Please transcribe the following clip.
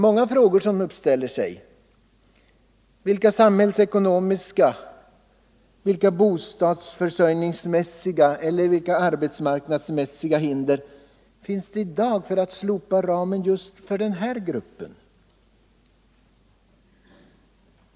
Många frågor reser sig: Vilka samhällsekonomiska, vilka bostadsförsörjningsmässiga eller vilka arbetsmarknadsmässiga hinder finns det i dag för att slopa ramen just för den här gruppen av småhus?